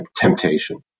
temptation